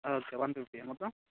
okay one ఫిఫ్టీయా మొత్తం